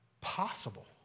possible